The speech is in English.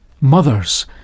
mothers